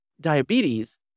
diabetes